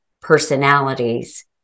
personalities